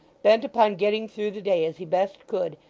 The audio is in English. bent upon getting through the day as he best could,